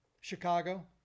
Chicago